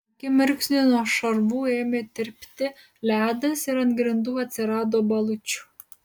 akimirksniu nuo šarvų ėmė tirpti ledas ir ant grindų atsirado balučių